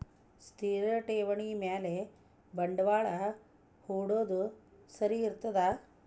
ಸ್ಥಿರ ಠೇವಣಿ ಮ್ಯಾಲೆ ಬಂಡವಾಳಾ ಹೂಡೋದು ಸರಿ ಇರ್ತದಾ?